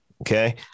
Okay